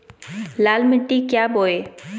लाल मिट्टी क्या बोए?